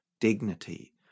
dignity